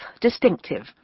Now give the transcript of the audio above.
distinctive